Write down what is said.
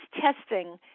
testing